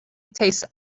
tastes